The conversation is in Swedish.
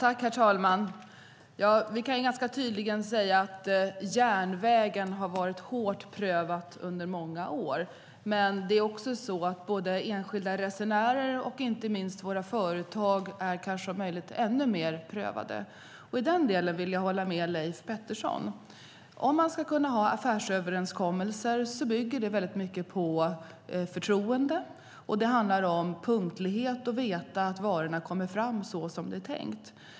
Herr talman! Vi kan ganska tydligt säga att järnvägen har varit hårt prövad under många år. Men både enskilda resenärer och inte minst våra företag är kanske om möjligt ännu mer prövade. I den delen vill jag hålla med Leif Pettersson. Om man ska kunna ha affärsöverenskommelser bygger det mycket på förtroende. Det handlar om punktlighet, att veta att varorna kommer fram som det är tänkt.